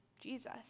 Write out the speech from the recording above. Jesus